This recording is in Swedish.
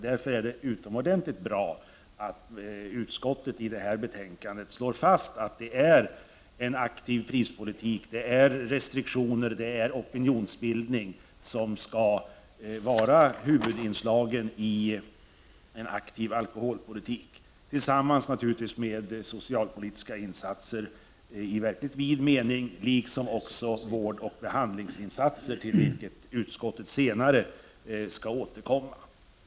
Därför är det utomordentligt bra att utskottet i detta betänkande slår fast att det är en aktiv prispolitik, restriktioner och opinionsbildning som skall vara huvudinslagen i en aktiv alkoholpolitik, naturligtvis tillsammans med socialpolitiska insatser i verkligt vid mening, liksom också vård och behandlingsinsatser, till vilka utskottet senare skall återkomma.